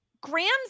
grams